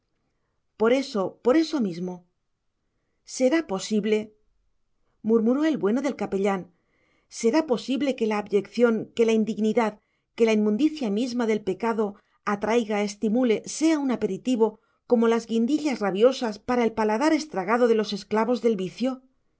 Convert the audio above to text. por eso por eso mismo será posible murmuró el bueno del capellán será posible que la abyección que la indignidad que la inmundicia misma del pecado atraiga estimule sea un aperitivo como las guindillas rabiosas para el paladar estragado de los esclavos del vicio